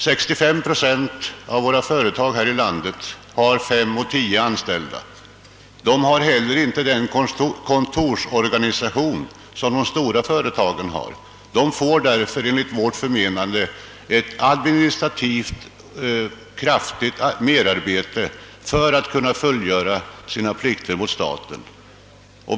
65 procent av de svenska företagen har 5—10 anställda och har inte samma kontorsorganisation som de större företagen. Därför åsamkas de enligt vårt förmenande ett administrativt sett betydande merarbete för att kunna fullgöra sina plikter mot staten.